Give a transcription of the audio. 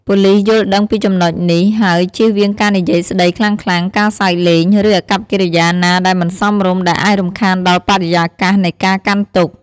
ប៉ូលីសយល់ដឹងពីចំណុចនេះ ហើយជៀសវាងការនិយាយស្តីខ្លាំងៗ ការសើចលេង ឬអាកប្បកិរិយាណាដែលមិនសមរម្យដែលអាចរំខានដល់បរិយាកាសនៃការកាន់ទុក្ខ។